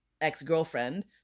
ex-girlfriend